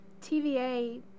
TVA